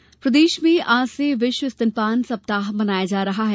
स्तनपान प्रदेश में आज से विश्व स्तनपान सप्ताह मनाया जा रहा है